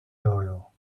doyle